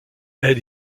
elle